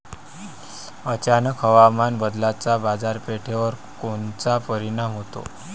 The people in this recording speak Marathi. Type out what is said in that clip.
अचानक हवामान बदलाचा बाजारपेठेवर कोनचा परिणाम होतो?